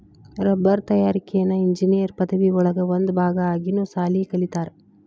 ರಬ್ಬರ ತಯಾರಿಕೆನ ಇಂಜಿನಿಯರ್ ಪದವಿ ಒಳಗ ಒಂದ ಭಾಗಾ ಆಗಿನು ಸಾಲಿ ಕಲಿತಾರ